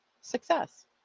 success